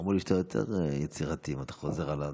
אמרו לי שאתה יותר יצירתי, ואתה חוזר על הדברים.